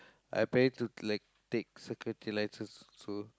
I planning to like take security license also